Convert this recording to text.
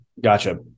Gotcha